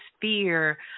fear